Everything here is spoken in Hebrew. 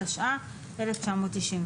התשנ"א-1991".